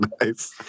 Nice